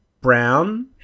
brown